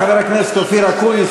חבר הכנסת אופיר אקוניס,